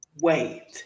Wait